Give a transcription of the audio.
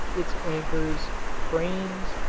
its anchors, cranes,